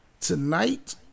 Tonight